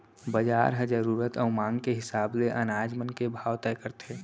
बजार ह जरूरत अउ मांग के हिसाब ले अनाज मन के भाव तय करथे